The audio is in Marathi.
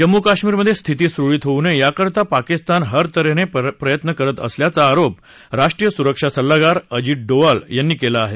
जम्मू कश्मीरमधे स्थिती सुरळीत होऊ नये याकरता पाकिस्तान हरतत्हेने प्रयत्न करत असल्याचा आरोप राष्ट्रीय सुरक्षा सल्लागार अजित दोवाल यांनी केला आहे